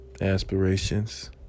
aspirations